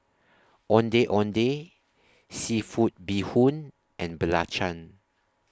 Ondeh Ondeh Seafood Bee Hoon and Belacan